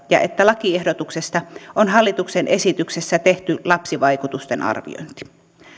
ja että lakiehdotuksesta on hallituksen esityksessä tehty lapsivaikutusten arviointi